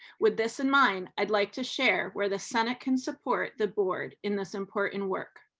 with this in mind, i'd like to share where the senate can support the board in this important work.